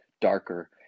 darker